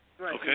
Okay